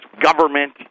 government